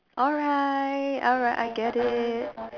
alright alright I get it